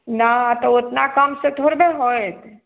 नहि तऽ ओतना कम से थोड़बे होएत